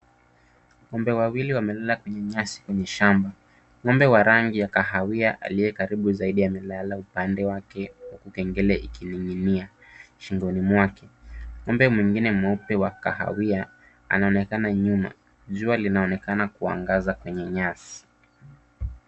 Ng'ombe wawili wamelala kwenye nyasi kwenye shamba.Ng'ombe wa rangi ya kahawia aliyekaribu zaidi amelala upande wake huku kengele ukining'inia shingoni mwake.Ng'ombe mwingine mweupe wa kahawia anaonekana nyuma. Jua linaonekana kuangaza kwenye nyasi.